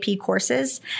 courses